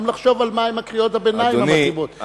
מהן קריאות הביניים המתאימות.